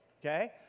okay